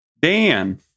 dan